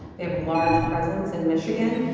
they have a large presence in michigan.